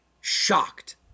shocked